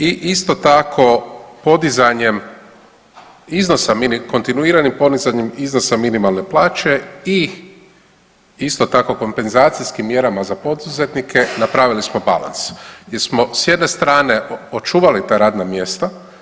I isto tako podizanjem iznosa, kontinuiranim podizanjem iznosa minimalne plaće i isto tako kompenzacijskim mjerama za poduzetnike napravili smo balans jer smo s jedne strane očuvali ta radna mjesta.